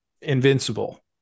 invincible